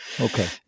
Okay